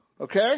Okay